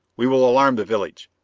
we will alarm the village!